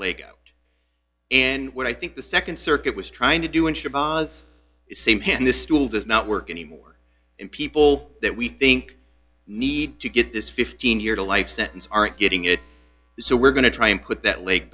leg and what i think the nd circuit was trying to do and the same hand the stool does not work anymore and people that we think need to get this fifteen year to life sentence aren't getting it so we're going to try and put